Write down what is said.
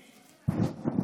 אשקלון.